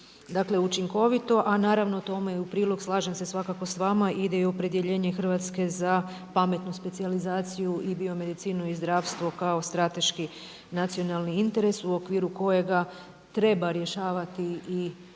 i učinkovito. A naravno tome u prilog slažem se svakako s vama ide i opredjeljenje Hrvatske za pametnu specijalizaciju i biomedicinu i zdravstvo kao strateški nacionalni interes u okviru kojega treba rješavati i problem